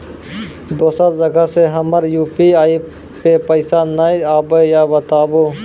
दोसर जगह से हमर यु.पी.आई पे पैसा नैय आबे या बताबू?